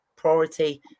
priority